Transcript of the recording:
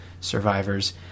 survivors